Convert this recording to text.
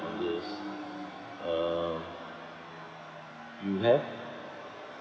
on this um you have